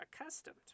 accustomed